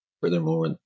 Furthermore